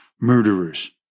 murderers